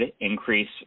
increase